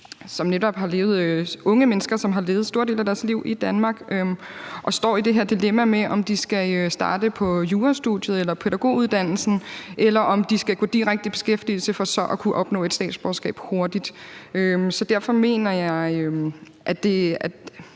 jo netop om de her unge mennesker, som har levet store dele af deres liv i Danmark, og som står i det her dilemma om, hvorvidt de skal starte på jurastudiet eller pædagoguddannelsen, eller om de skal gå direkte i beskæftigelse for så at kunne opnå et statsborgerskab hurtigt. Derfor mener jeg, at det